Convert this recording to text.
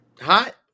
Hot